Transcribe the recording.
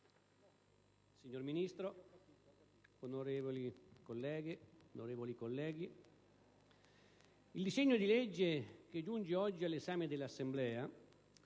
signora Ministro, onorevoli colleghe e colleghi, il disegno di legge che giunge oggi all'esame dell'Assemblea